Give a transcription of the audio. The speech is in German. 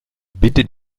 bitte